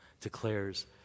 declares